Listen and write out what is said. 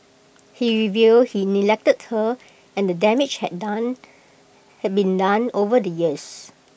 he revealed he neglected her and damage had done had been done over the years